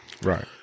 Right